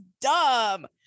dumb